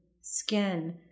skin